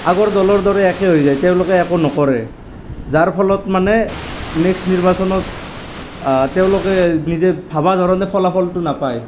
আগৰ দলৰ দৰে একে হৈ যায় তেওঁলোকে একো নকৰে যাৰ ফলত মানে নেক্সট নিৰ্বাচনত তেওঁলোকে নিজে ভাবাৰ ধৰণে ফলাফলটো নাপায়